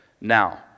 Now